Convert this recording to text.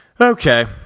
Okay